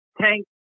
Tank